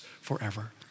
forever